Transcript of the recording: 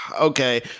okay